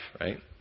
right